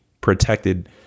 protected